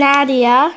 Nadia